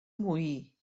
moí